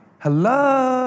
Hello